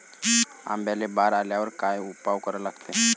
आंब्याले बार आल्यावर काय उपाव करा लागते?